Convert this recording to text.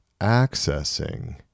accessing